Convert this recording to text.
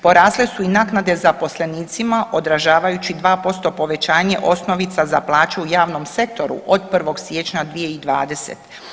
Porasle su i naknade zaposlenicima odražavajući 2% povećanje osnovica za plaću u javnom sektoru od 1. siječnja 2020.